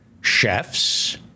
chefs